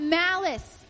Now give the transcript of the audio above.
malice